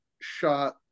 shot